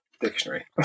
Dictionary